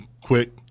quick